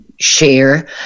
share